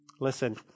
Listen